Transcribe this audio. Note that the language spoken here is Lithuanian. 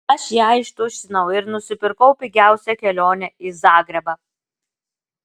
aš ją ištuštinau ir nusipirkau pigiausią kelionę į zagrebą